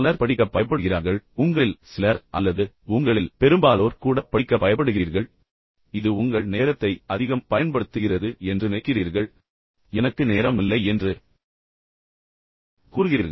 பலர் படிக்க பயப்படுகிறார்கள் எனவே இதைத்தான் நான் உங்களுக்குச் சொல்ல விரும்புகிறேன் உங்களில் சிலர் அல்லது உங்களில் பெரும்பாலோர் கூட உண்மையில் படிக்க பயப்படுகிறீர்கள் ஏனென்றால் இது உங்கள் நேரத்தை அதிகம் பயன்படுத்துகிறது என்று நீங்கள் நினைக்கிறீர்கள் மேலும் பல்வேறு நேரங்களில் எனக்கு நேரம் இல்லை என்று நீங்கள் கூறுகிறீர்கள்